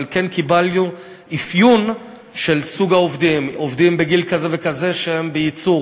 אבל כן קיבלנו אפיון של סוג העובדים: עובדים בגיל כזה וכזה שהם בייצור,